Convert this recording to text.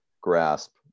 grasp